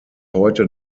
heute